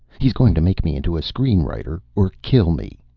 he's going to make me into a screen-writer or kill me.